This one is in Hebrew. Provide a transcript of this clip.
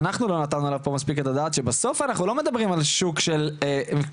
לא נתנו עליו מספיק את הדעת הוא שבסוף אנחנו לא מדברים על שוק של כל